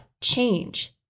change